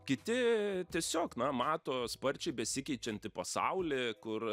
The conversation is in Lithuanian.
kiti tiesiog na mato sparčiai besikeičiantį pasaulį kur